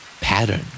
Pattern